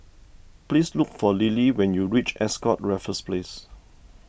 please look for Lily when you reach Ascott Raffles Place